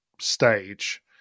stage